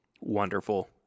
wonderful